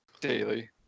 Daily